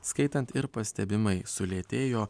skaitant ir pastebimai sulėtėjo